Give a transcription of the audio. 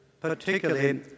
particularly